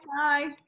Bye